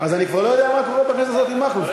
אז אני כבר לא יודע מה קורה בכנסת הזאת עם מכלוף.